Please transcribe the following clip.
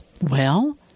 Well